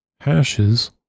hashes